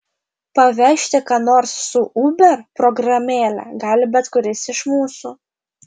pavežti ką nors su uber programėle gali bet kuris iš mūsų